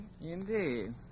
Indeed